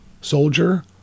soldier